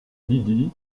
lydie